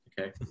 okay